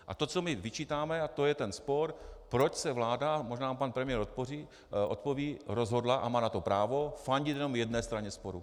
A to, co my vyčítáme, a to je ten spor, proč se vláda možná mi pan premiér odpoví rozhodla, a má na to právo, fandit jenom jedné straně sporu.